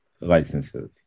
licenses